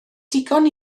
digon